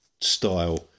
style